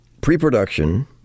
pre-production